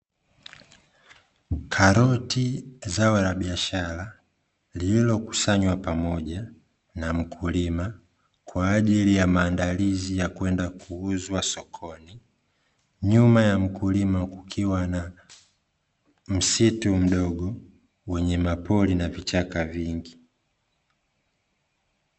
Karoti zao la biashara, lililokusanywa pamoja na mkulima kwa ajili ya maandalizi ya kwenda kuuzwa sokoni, nyuma ya mkulima kukiwa na msitu mdogo wenye mapori na vichaka vingi.